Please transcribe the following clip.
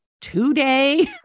today